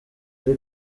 ari